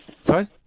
sorry